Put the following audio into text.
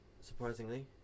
Surprisingly